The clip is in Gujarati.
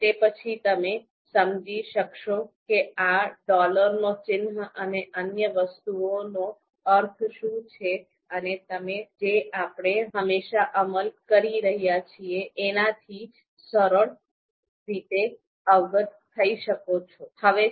તે પછી તમે સમજી શકશો કે આ ડોલર નો ચિન્હ અને અન્ય વસ્તુઓનો અર્થ શું છે અને તમે જે આપણે હમણાં અમલ કરી રહયા છીએ એના થી સરળ રીતે અવગત થયી શકો શો